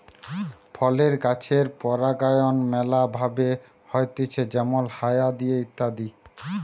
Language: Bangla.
ফলের গাছের পরাগায়ন ম্যালা ভাবে হতিছে যেমল হায়া দিয়ে ইত্যাদি